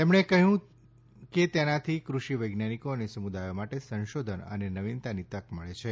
તેમણે કહ્યું તેનાથી કૃષિ વૈજ્ઞાનિકો અને સમુદાયો માટે સંશોધન અને નવીનતાની તક મળે છે